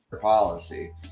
policy